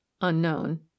unknown